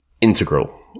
integral